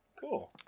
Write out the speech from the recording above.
cool